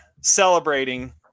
celebrating